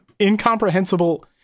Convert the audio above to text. incomprehensible